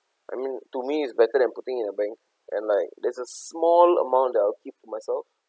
I mean to me it's better than putting in a bank and like there's a small amount that I'll keep to myself